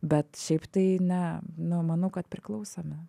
bet šiaip tai ne nu manau kad priklausomi